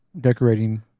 decorating